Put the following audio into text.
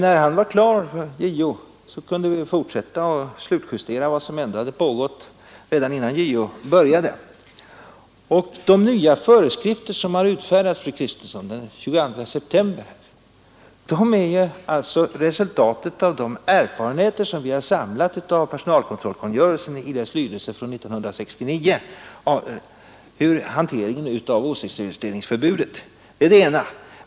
När JO var klar, kunde vi fortsätta och slutjustera vad som ändå hade pågått redan innan JO De nya föreskrifter som utfärdades den 22 september är alltså resultatet av de erfarenheter som vi samlat av personalkontrollkungörelsen i dess lydelse från 1969. Det är det ena.